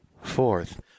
fourth